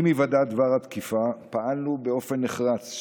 עם היוודע דבר התקיפה, פעלנו באופן נחרץ.